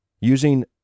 Using